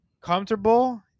comfortable